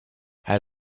had